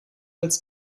als